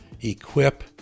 equip